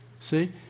See